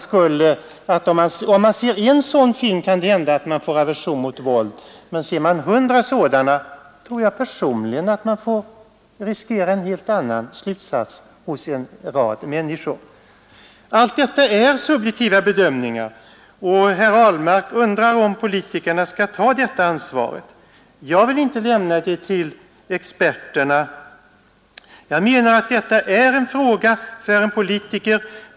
Om = CeNSuren för vuxna, m.m. människor ser en sådan film, kan det hända att de får aversion mot våld, men om de ser 100 sådana, tror jag personligen att man hos en rad människor får riskera en helt annan slutsats. Allt detta är subjektiva bedömningar, och herr Ahlmark undrar om politikerna skall ta detta ansvar. Jag vill inte lämna det till experterna. Jag menar att detta är en fråga för politiker.